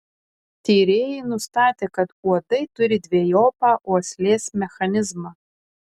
tyrėjai nustatė kad uodai turi dvejopą uoslės mechanizmą